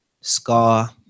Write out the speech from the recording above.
Scar